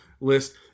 list